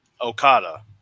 Okada